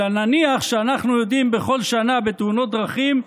אלא נניח שאנחנו יודעים בכל שנה בתאונות דרכים,